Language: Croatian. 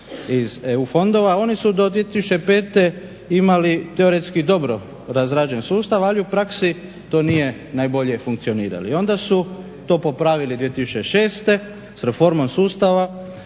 iz EU fondova. Oni su do 2005. imali teoretski dobro razrađen sustav, ali u praksi to nije najbolje funkcioniralo. I onda su to popravili 2006. s reformom sustava,